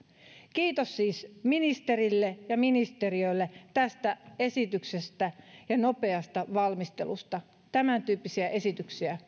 kiitos siis ministerille ja ministeriölle tästä esityksestä ja nopeasta valmistelusta tämäntyyppisiä esityksiä